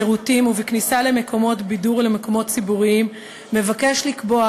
בשירותים ובכניסה למקומות בידור ולמקומות ציבוריים מבקש לקבוע,